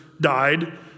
died